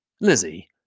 Lizzie